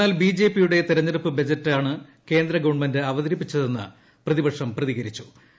എന്നാൽ ബിജെപി യുടെ തിരഞ്ഞെടുപ്പ് ബജറ്റാണ് കേന്ദ്ര ഗവൺമെന്റ് അവതരിപ്പിച്ചതെന്നാണ് പ്രതിപക്ഷം പ്രതികരിച്ചത്